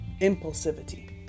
impulsivity